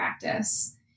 practice